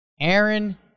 Aaron